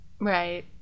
Right